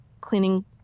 cleaning